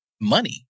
money